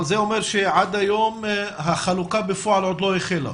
אבל זה אומר שעד היום החלוקה בפועל עוד לא החלה.